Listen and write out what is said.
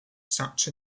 such